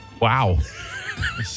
Wow